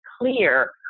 clear